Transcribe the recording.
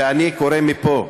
ואני קורא מפה,